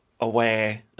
away